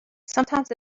sometimes